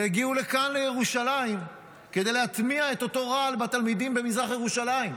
והגיעו לכאן לירושלים כדי להטמיע את אותו רעל בתלמידים במזרח ירושלים,